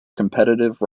competitive